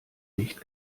nicht